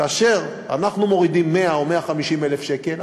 כאשר אנחנו מורידים 100,000 או 150,000 שקל,